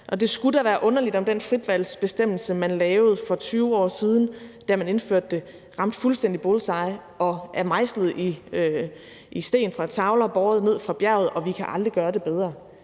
Det skulle da være underligt, om den fritvalgsbestemmelse, man lavede for 20 år siden, da man indførte det, ramte fuldstændig bullseye, er mejslet i sten fra tavler båret ned fra bjerget, og at vi aldrig kan gøre det bedre.